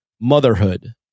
motherhood